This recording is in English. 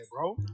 bro